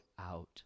out